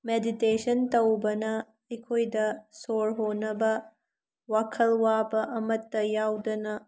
meditation ꯇꯧꯕꯅ ꯑꯩꯈꯣꯏꯗ ꯁꯣꯔ ꯍꯣꯟꯅꯕ ꯋꯥꯈꯜ ꯋꯥꯕ ꯑꯃꯠꯇ ꯌꯥꯎꯗꯅ